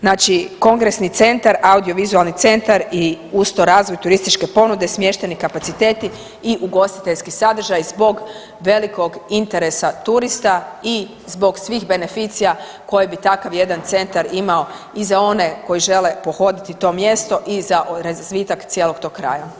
Znači kongresni centar, audiovizualni centar i uz to razvoj turističke ponude, smještajni kapaciteti i ugostiteljski sadržaji zbog velikog interesa turista i zbog svih beneficija koje bi takav jedan centar imao i za one koji žele pohoditi to mjesto i za razvitak cijelog tog kraja.